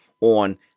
on